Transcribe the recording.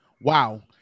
wow